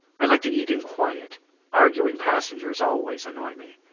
i like to eat in quiet arguing passengers always annoy me.